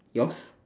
yours